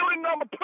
number